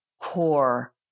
core